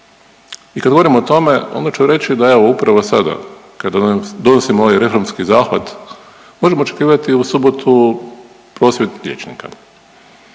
I kad govori o tome onda ću reći da evo upravo sada kad donosimo ovaj reformski zahvat možemo očekivati u subotu prosvjed liječnika.